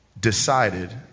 decided